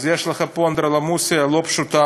אז יש לך פה אנדרלמוסיה לא פשוטה,